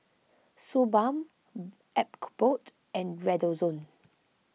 Suu Balm Abbott and Redoxon